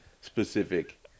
specific